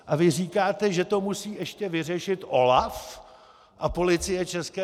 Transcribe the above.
A vy říkáte, že to musí ještě vyřešit OLAF a Policie ČR?